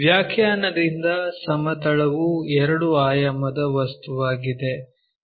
ವ್ಯಾಖ್ಯಾನದಿಂದ ಸಮತಲವು ಎರಡು ಆಯಾಮದ ವಸ್ತುವಾಗಿದೆ